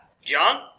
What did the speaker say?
John